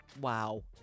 Wow